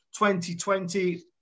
2020